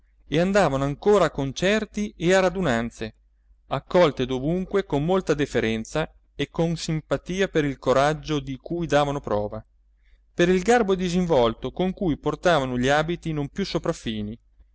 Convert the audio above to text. e andavano ancora a concerti e a radunanze accolte dovunque con molta deferenza e con simpatia per il coraggio di cui davano prova per il garbo disinvolto con cui portavano gli abiti non più sopraffini